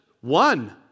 one